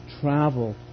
travel